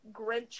Grinch